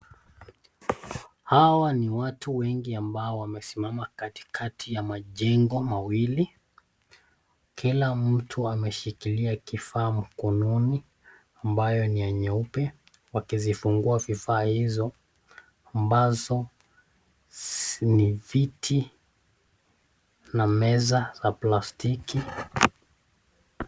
Hawa ni watu wengi ambao wamesimama katikati ya majengo mawili. Kila mtu ameshikilia kifaa mkononi ambayo ni ya nyeupe wakizifungua vifaa hizo ambazo ni viti na meza za plastiki .